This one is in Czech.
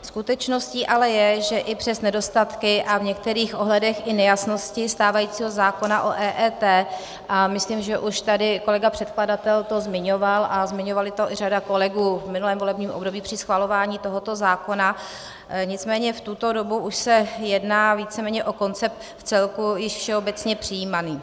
Skutečností ale je, že i přes nedostatky a v některých ohledech i nejasnosti stávajícího zákona o EET, a myslím, že už tady kolega předkladatel to zmiňoval a zmiňovala to i řada kolegů v minulém volebním období při schvalování tohoto zákona, nicméně v tuto dobu už se jedná víceméně o koncept vcelku již všeobecně přijímaný.